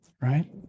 right